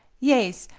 yaes,